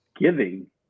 giving